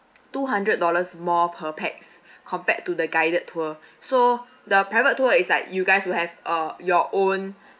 two hundred dollars more per pax compared to the guided tour so the private tour is like you guys will have uh your own